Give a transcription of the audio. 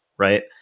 Right